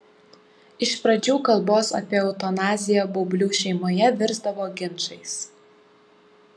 iš pradžių kalbos apie eutanaziją baublių šeimoje virsdavo ginčais